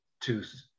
tooth